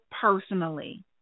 personally